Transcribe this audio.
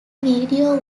video